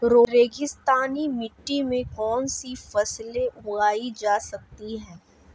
रेगिस्तानी मिट्टी में कौनसी फसलें उगाई जा सकती हैं?